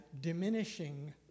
diminishing